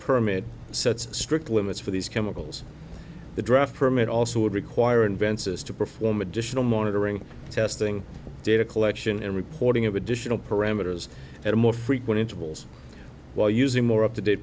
permit sets strict limits for these chemicals the draft permit also would require invensys to perform additional monitoring testing data collection and reporting of additional parameters at more frequent intervals while using more up to date